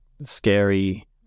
scary